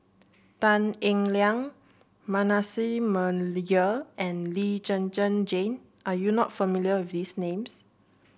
Tan Eng Liang Manasseh Meyer and Lee Zhen Zhen Jane are you not familiar with these names